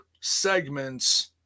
segments